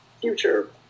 future